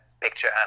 picture